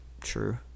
True